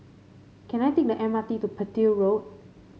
can I take the M R T to Petir Road